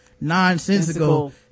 nonsensical